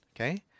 okay